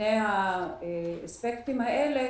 שני האספקטים האלה,